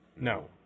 no